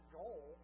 goal